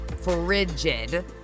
frigid